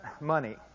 money